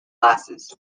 classes